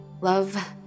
Love